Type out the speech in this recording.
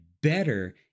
better